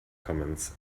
comments